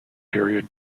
period